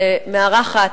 שמארחת